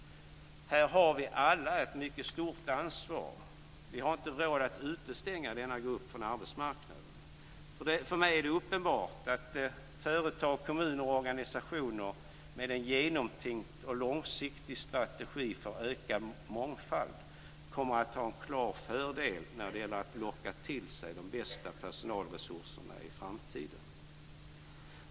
Här har vi alla ett mycket stort ansvar. Vi har inte råd att utestänga denna grupp från arbetsmarknaden. För mig är det uppenbart att företag, kommuner och organisationer med en genomtänkt och långsiktig strategi för ökad mångfald kommer att ha en klar fördel när det gäller att locka till sig de bästa personalresurserna i framtiden.